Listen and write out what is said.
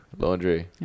Laundry